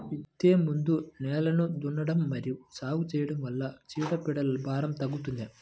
విత్తే ముందు నేలను దున్నడం మరియు సాగు చేయడం వల్ల చీడపీడల భారం తగ్గుతుందా?